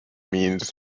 means